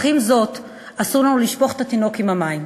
אך עם זאת, אסור לנו לשפוך את התינוק עם המים.